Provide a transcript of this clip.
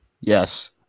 Yes